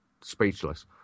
speechless